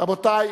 רבותי,